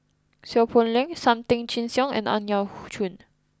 Seow Poh Leng Sam Tan Chin Siong and Ang Yau Choon